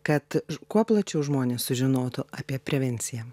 kad kuo plačiau žmonės sužinotų apie prevenciją